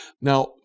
now